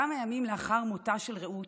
כמה ימים לאחר מותה של רעות,